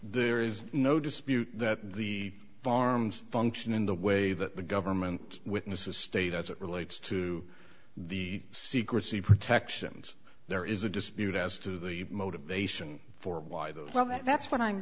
there is no dispute that the farms function in the way that the government witnesses state as it relates to the secrecy protections there is a dispute as to the motivation for why the well that's what i'm